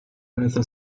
rather